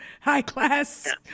high-class